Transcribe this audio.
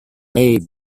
made